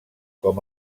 com